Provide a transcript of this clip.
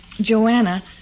Joanna